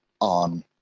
on